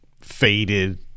faded